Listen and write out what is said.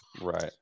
Right